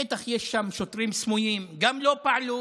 בטח יש שם שוטרים סמויים, גם הם לא פעלו,